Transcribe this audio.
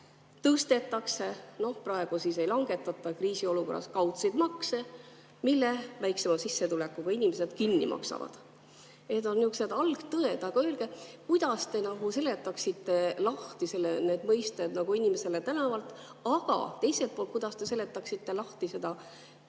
tõstetakse – praegu siis ei langetata – kriisiolukorras kaudseid makse, mille väiksema sissetulekuga inimesed kinni maksavad. Need on nihukesed algtõed. Aga öelge, kuidas te seletaksite lahti need mõisted inimesele tänavalt. Ja teiselt poolt, kuidas te seletaksite lahti seda